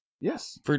Yes